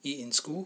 eat in school